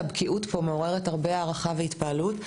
הבקיאות פה מעוררת הרבה הערכה והתפעלות.